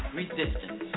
resistance